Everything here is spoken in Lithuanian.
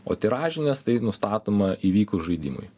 o tiražinės tai nustatoma įvykus žaidimui